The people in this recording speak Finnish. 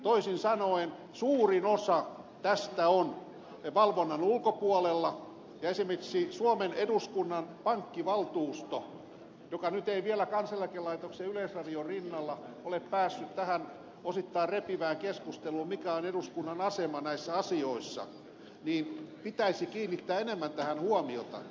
toisin sanoen suurin osa tästä on valvonnan ulkopuolella ja esimerkiksi suomen eduskunnan pankkivaltuuston joka nyt ei vielä kansaneläkelaitoksen ja yleisradion rinnalla ole päässyt tähän osittain repivään keskusteluun siitä mikä on eduskunnan asema näissä asioissa pitäisi kiinnittää tähän enemmän huomiota